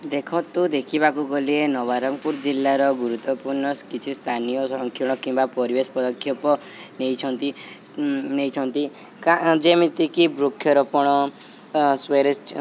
ଦେଖନ୍ତୁ ଦେଖିବାକୁ ଗଲେ ନବରଙ୍ଗପୁର ଜିଲ୍ଲାର ଗୁରୁତ୍ୱପୂର୍ଣ୍ଣ କିଛି ସ୍ଥାନୀୟ ସଂରକ୍ଷଣ କିମ୍ବା ପରିବେଶ ପଦକ୍ଷେପ ନେଇଛନ୍ତି ନେଇଛନ୍ତି ଯେମିତିକି ବୃକ୍ଷରୋପଣ ସ୍ଵେରେଜ୍